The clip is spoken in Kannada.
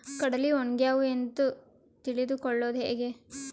ಕಡಲಿ ಒಣಗ್ಯಾವು ಎಂದು ತಿಳಿದು ಕೊಳ್ಳೋದು ಹೇಗೆ?